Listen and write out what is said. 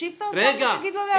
תושיב אתה אוצר ותגיד לו להביא אותם.